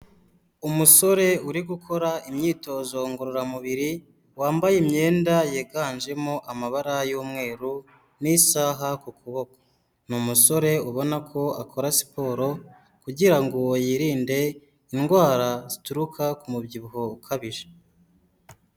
Umusore uri gukora imyitozo ngororamubiri wambaye imyenda yiganjemo amabara y'umweru n'isaha ku kuboko, ni umusore ubona ko akora siporo kugira ngo yirinde indwara zituruka ku mubyibuho ukabije.